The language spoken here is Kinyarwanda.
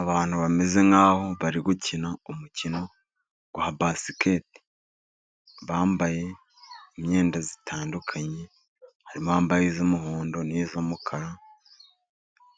Abantu bameze nkaho bari gukina umukino wa basiketi , bambaye imyenda itandukanye, harimo abambaye imyenda y'umuhondo n'iy'umukara,